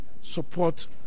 support